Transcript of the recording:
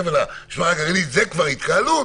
זה כבר התקהלות,